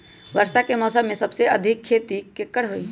वर्षा के मौसम में सबसे अधिक खेती केकर होई?